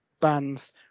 bands